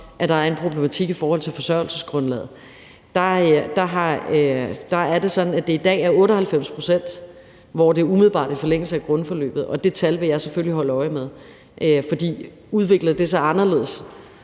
at der så er en problematik i forhold til forsørgelsesgrundlaget, at det i dag er sådan, at det er 98 pct., hvor det umiddelbart er i forlængelse af grundforløbet, og at jeg selvfølgelig vil holde øje med det tal. For udvikler det sig anderledes